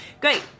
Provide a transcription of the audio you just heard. great